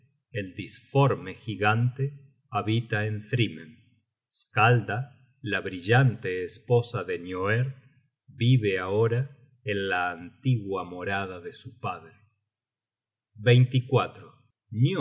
el disforme gigante habita en thrymhem skada la brillante esposa de nioerd vive ahora en la antigua morada de su padre